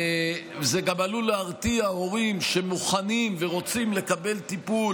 זה גם עלול להרתיע את ההורים שמוכנים ורוצים לקבל טיפול